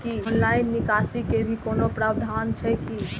Online निकासी के भी कोनो प्रावधान छै की?